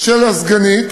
של הסגנית